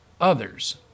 others